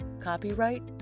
Copyright